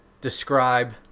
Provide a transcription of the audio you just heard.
describe